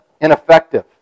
ineffective